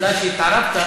מכיוון שהתערבת,